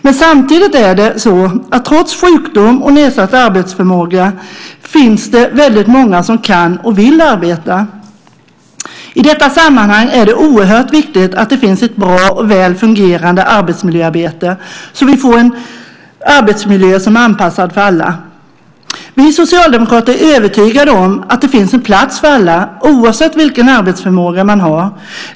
Men samtidigt är det så att trots sjukdom och nedsatt arbetsförmåga finns det väldigt många som kan och vill arbeta. I detta sammanhang är det oerhört viktigt att det finns ett bra och väl fungerande arbetsmiljöarbete så att vi får en arbetsmiljö som är anpassad för alla. Vi socialdemokrater är övertygade om att det finns en plats för alla, oavsett vilken arbetsförmåga man har.